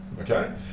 Okay